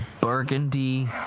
burgundy